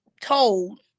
told